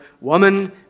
Woman